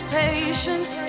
patience